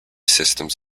systems